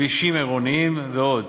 כבישים עירוניים ועוד,